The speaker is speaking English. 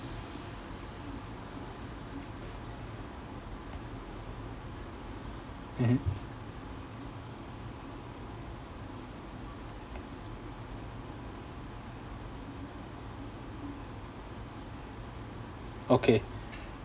mmhmm okay